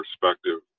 Perspective